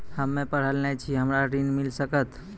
हम्मे पढ़ल न छी हमरा ऋण मिल सकत?